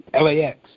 LAX